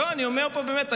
אני אומר פה באמת.